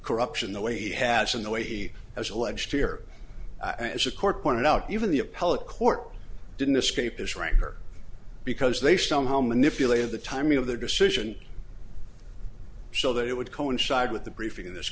corruption the way he has in the way he has alleged here and the court pointed out even the appellate court didn't escape this rancor because they somehow manipulated the timing of their decision so that it would coincide with the briefing in this